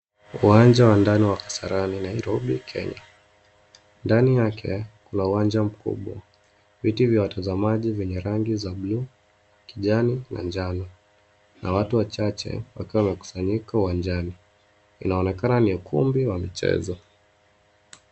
Uwanja wa ndani wa Kasarani, Nairobi, Kenya. Ndani yake kuna uwanja mkubwa. Viti vya watazamaji vyenye rangi za bluu, kijani na njano na watu wachache wakiwa wamekusanyika uwanjani. Inaonekana ni ukumbi wa michezo.